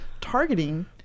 targeting